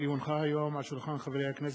כי הונחה היום על שולחן הכנסת,